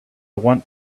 want